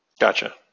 Gotcha